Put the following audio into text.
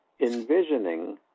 envisioning